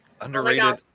Underrated